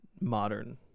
modern